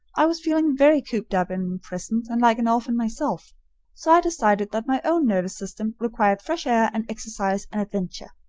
i was feeling very cooped-up and imprisoned and like an orphan myself so i decided that my own nervous system required fresh air and exercise and adventure.